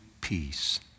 peace